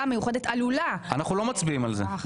אנחנו לא מצביעים על זה.